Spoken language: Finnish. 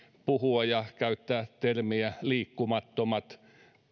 puhua ja käyttää termiä liikkumattomat